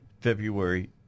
February